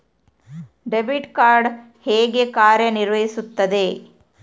Debit card ಹೇಗೆ ಕಾರ್ಯನಿರ್ವಹಿಸುತ್ತದೆ?